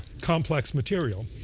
complex material.